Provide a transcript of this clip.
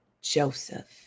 Joseph